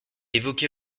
évoqué